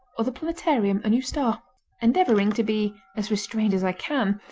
or the planetarium a new star endeavoring to be as restrained as i can,